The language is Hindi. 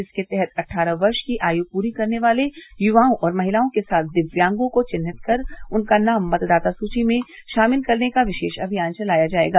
जिसके तहत अट्ठारह वर्ष की आयु पूरी करने वाले युवाओं और महिलाओं के साथ दिव्यांगों को विन्हित कर उनका नाम मतदाता सूची में शामिल करने का विशेष अभियान चलाया जायेगा